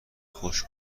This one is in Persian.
خوش